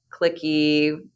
clicky